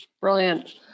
Brilliant